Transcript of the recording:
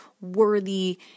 worthy